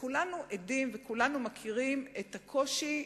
כולנו עדים וכולנו מכירים את הקושי,